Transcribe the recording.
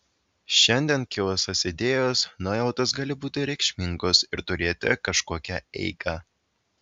šiandien kilusios idėjos nuojautos gali būti reikšmingos ir turėti kažkokią eigą